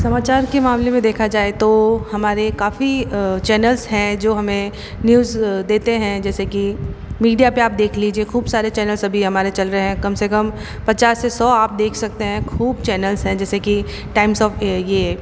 समाचार के मामलें में देखा जाए तो हमारे काफ़ी चैनल्स हैं जो हमें न्यूज़ देते हैं जैसे की मीडिया पे आप देख लीजिए खूब सारे चैनल्स अभी हमारे चल रहे हैं कम से कम पचास से सौ आप देख सकते हैं खूब चैनल्स हैं जैसे कि टाईम्स ऑफ ये ये